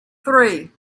three